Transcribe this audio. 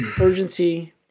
urgency